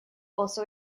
also